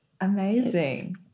amazing